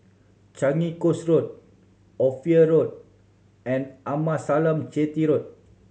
Changi Coast Road Ophir Road and Amasalam Chetty Road